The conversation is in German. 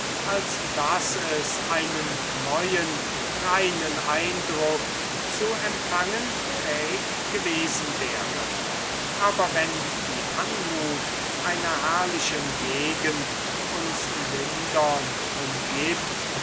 als daß es einen neuen reinen eindruck zu empfangen fähig gewesen wäre aber wenn die anmut einer herrlichen gegend uns lindernd umgibt